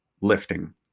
lifting